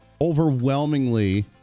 overwhelmingly